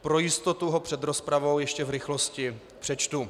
Pro jistotu ho před rozpravou ještě v rychlosti přečtu.